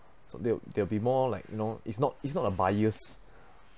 so there'll there'll be more like you know it's not it's not a bias